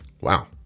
Wow